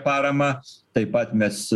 paramą taip pat mes